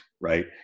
Right